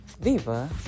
Viva